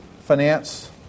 finance